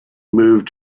moved